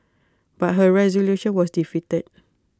but her resolution was defeated